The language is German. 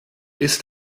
ist